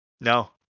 No